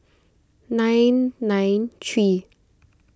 nine nine three